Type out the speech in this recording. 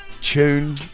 tune